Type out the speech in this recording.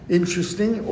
interesting